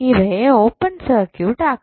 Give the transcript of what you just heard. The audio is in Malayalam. ഇവയെ ഓപ്പൺ സർക്യൂട്ട് ആക്കാം